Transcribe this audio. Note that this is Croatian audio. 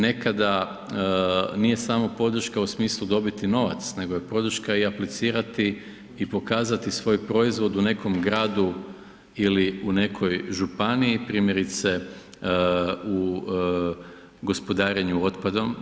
Nekada nije samo podrška u smislu dobiti novac nego je podrška i aplicirati i pokazati svoj proizvod u nekom gradu ili u nekoj županiju, primjerice u gospodarenju otpadom.